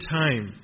time